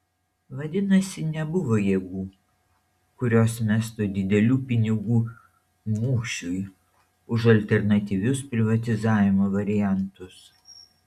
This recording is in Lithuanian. vadinasi nebuvo jėgų kurios mestų didelių pinigų mūšiui už alternatyvius privatizavimo variantus